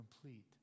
complete